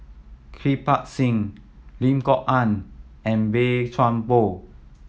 Kirpal Singh Lim Kok Ann and Boey Chuan Poh